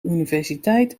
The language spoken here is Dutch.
universiteit